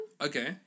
Okay